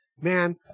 Man